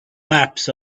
maps